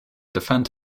defend